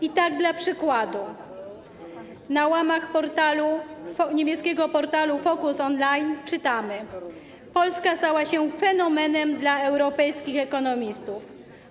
I tak dla przykładu: na łamach niemieckiego portalu Focus Online czytamy, że Polska stała się fenomenem dla europejskich ekonomistów.